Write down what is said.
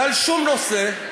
ועל שום נושא,